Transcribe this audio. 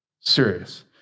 Serious